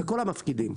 לכל המפקידים,